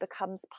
becomes